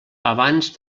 abans